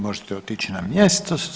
Možete otići na mjesto.